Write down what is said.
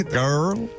girl